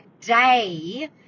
day